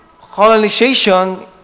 Colonization